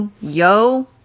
yo